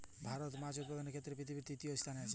ভারত মাছ উৎপাদনের ক্ষেত্রে পৃথিবীতে তৃতীয় স্থানে আছে